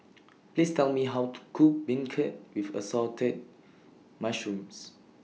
Please Tell Me How to Cook Beancurd with Assorted Mushrooms